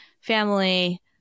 family